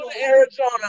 Arizona